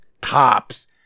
tops